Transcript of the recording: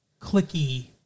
clicky